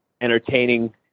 entertaining